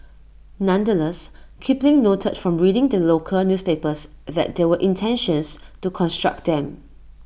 nonetheless Kipling noted from reading the local newspapers that there were intentions to construct them